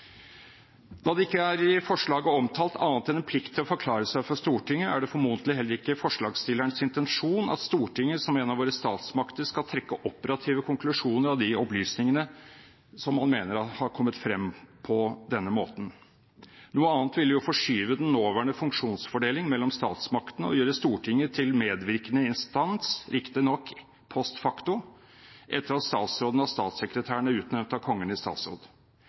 Da det i forslaget ikke er omtalt annet enn en plikt til å forklare seg for Stortinget, er det formodentlig heller ikke forslagstillerens intensjon at Stortinget som en av våre statsmakter skal trekke operative konklusjoner av de opplysningene som man mener har kommet frem på denne måten. Noe annet ville forskyve den nåværende funksjonsfordeling mellom statsmaktene og gjøre Stortinget til medvirkende instans, riktignok post facto, etter at statsråden og statssekretæren er utnevnt av Kongen i statsråd.